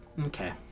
Okay